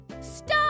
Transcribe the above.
stop